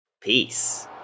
Peace